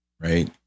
Right